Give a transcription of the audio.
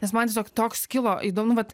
nes man tiesiog toks kilo įdomu vat